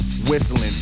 Whistling